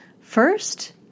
First